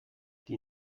die